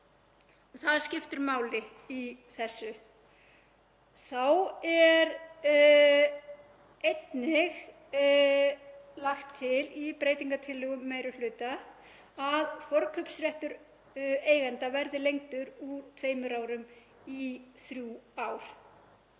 Það skiptir máli í þessu. Þá er einnig lagt til í breytingartillögu meiri hluta að forkaupsréttur eigenda verði lengdur úr tveimur árum í þrjú ár.